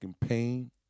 pain